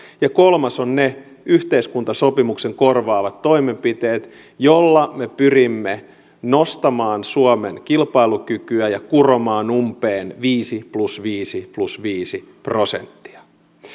ja kolmas ovat ne yhteiskuntasopimuksen korvaavat toimenpiteet joilla me pyrimme nostamaan suomen kilpailukykyä ja kuromaan umpeen viisi plus viisi plus viisi prosenttia